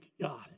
God